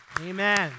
Amen